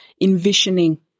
envisioning